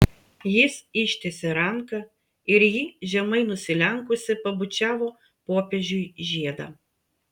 jis ištiesė ranką ir ji žemai nusilenkusi pabučiavo popiežiui žiedą